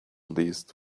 least